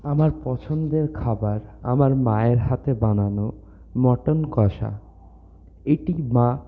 আমার পছন্দের খাবার আমার মায়ের হাতে বানানো মটন কষা এটি মা